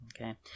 Okay